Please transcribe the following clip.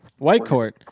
Whitecourt